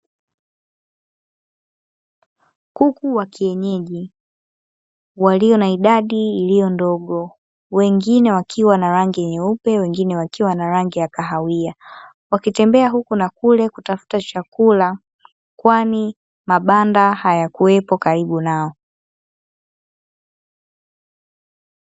Kuku wa kienyeji walio na idadi iliyo ndogo, wengine wakiwa na rangi nyeupe wengine wakiwa na rangi ya kahawia, wakitembea huku na kule kutafuta chakula, kwani mabanda hayakuwepo karibu nao.